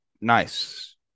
nice